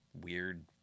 weird